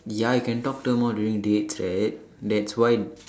ya you can talk to her more during dates right that's why